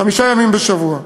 חמישה ימים בשבוע.